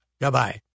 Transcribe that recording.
Goodbye